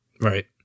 Right